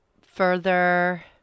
Further